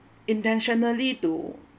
intentionally to